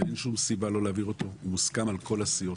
ואין שום סיבה לא להעביר אותו הוא מוסכם על כל הסיעות.